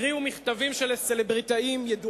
נעלמו מן